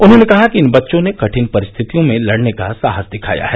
उन्होंने कहा कि इन बच्चों ने कठिन परिस्थितियों में लड़ने का साहस दिखाया है